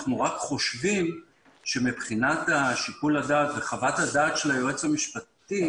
אני רק חושבים שמבחינת שיקול הדעת וחוות הדעת של היועץ המשפטי,